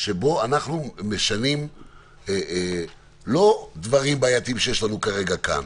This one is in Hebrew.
שבה אנחנו משנים לא דברים בעייתיים שיש לנו כרגע כאן.